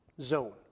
zone